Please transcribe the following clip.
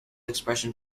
expression